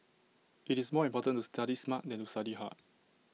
it's more important to study smart than to study hard